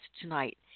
tonight